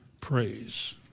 praise